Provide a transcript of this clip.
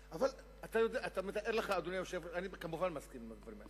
כמובן, אני מסכים אתך.